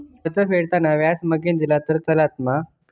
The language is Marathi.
कर्ज फेडताना व्याज मगेन दिला तरी चलात मा?